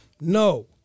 No